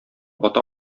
ата